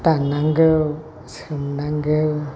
दाननांगौ सोमनांगौ